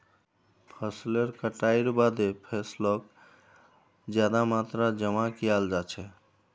फसलेर कटाईर बादे फैसलक ज्यादा मात्रात जमा कियाल जा छे